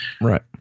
right